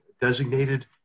designated